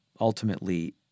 ultimately